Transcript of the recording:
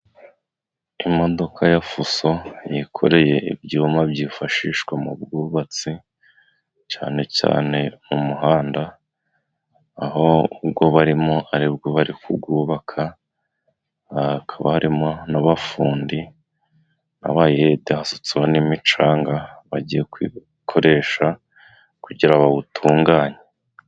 Imodoka ya fuso yikoreye ibyuma byifashishwa mu bwubatsi, cyane cyane mu muhanda, aho uwo barimo aribwo bari kuwubaka, hakaba harimo n'abafundi, abayede hasutseho n'imicanga bagiye gukoresha kugira bawutunganye.